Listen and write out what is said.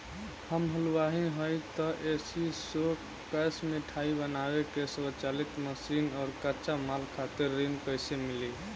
हम हलुवाई हईं त ए.सी शो कैशमिठाई बनावे के स्वचालित मशीन और कच्चा माल खातिर ऋण कइसे मिली?